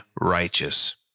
righteous